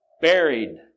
buried